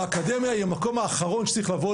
האקדמיה היא המקום האחרון שצריך לבוא